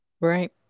Right